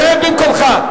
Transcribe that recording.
שב במקומך.